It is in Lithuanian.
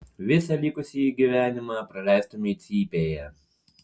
visą likusį gyvenimą praleistumei cypėje